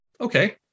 Okay